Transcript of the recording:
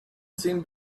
seemed